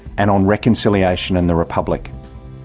and on reconciliation and the republic.